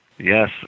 Yes